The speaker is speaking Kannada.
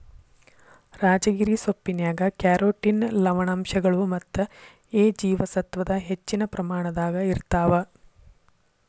ರಾಜಗಿರಿ ಸೊಪ್ಪಿನ್ಯಾಗ ಕ್ಯಾರೋಟಿನ್ ಲವಣಾಂಶಗಳು ಮತ್ತ ಎ ಜೇವಸತ್ವದ ಹೆಚ್ಚಿನ ಪ್ರಮಾಣದಾಗ ಇರ್ತಾವ